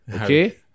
okay